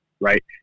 right